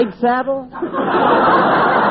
saddle